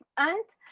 and